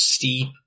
steep